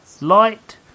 Light